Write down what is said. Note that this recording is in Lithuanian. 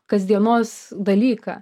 kasdienos dalyką